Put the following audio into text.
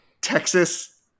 Texas